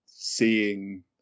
seeing